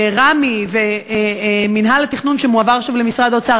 רמ"י ומינהל התכנון שמועבר עכשיו למשרד האוצר,